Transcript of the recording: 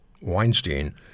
Weinstein